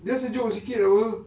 dia sejuk sikit oh